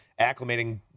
acclimating